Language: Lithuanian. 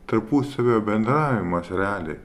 tarpusavio bendravimas realiai